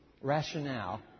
rationale